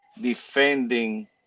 defending